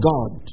God